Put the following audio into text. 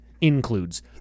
includes